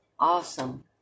Awesome